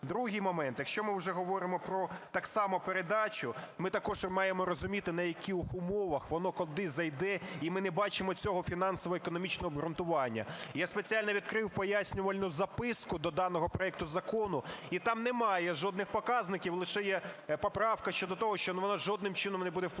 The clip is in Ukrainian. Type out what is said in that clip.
Другий момент. Якщо ми вже говоримо про так само передачу, ми також маємо розуміти, на яких умовах воно куди зайде, і ми не бачимо цього фінансово-економічного обґрунтування. І я спеціально відкрив пояснювальну записку доданого проекту закону і там немає жодних показників, лише є поправка щодо того, що воно жодним чином не буде впливати.